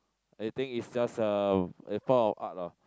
I think is just a a form of art lah